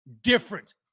different